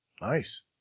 Nice